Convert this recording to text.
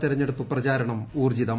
തിരഞ്ഞെടുപ്പ് പ്രചാരണം ഊർജ്ജിതം